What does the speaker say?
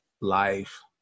life